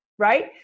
Right